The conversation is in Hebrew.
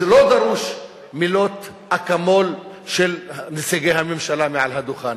לא דרושות "מילות אקמול" של נציגי הממשלה מעל הדוכן.